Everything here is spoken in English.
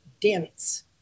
dense